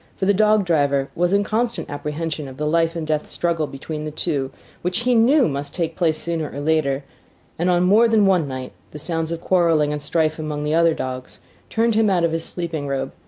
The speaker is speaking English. for the dog-driver was in constant apprehension of the life-and-death struggle between the two which he knew must take place sooner or later and on more than one night the sounds of quarrelling and strife among the other dogs turned him out of his sleeping robe,